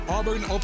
Auburn